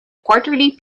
quarterly